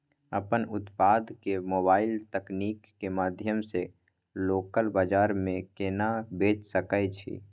अपन उत्पाद के मोबाइल तकनीक के माध्यम से लोकल बाजार में केना बेच सकै छी?